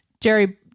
Jerry